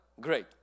great